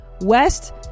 West